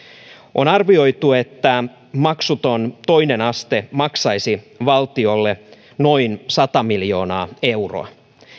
on arvioitu että maksuton toinen aste maksaisi valtiolle noin sata miljoonaa euroa